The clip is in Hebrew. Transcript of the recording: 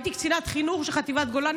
הייתי קצינת חינוך של חטיבת גולני,